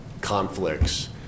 conflicts